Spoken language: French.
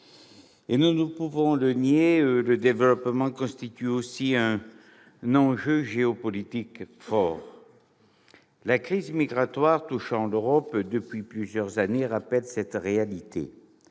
Nous ne pouvons le nier, le développement constitue aussi un enjeu géopolitique fort. La crise migratoire touchant l'Europe depuis plusieurs années rappelle cette réalité.